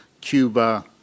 Cuba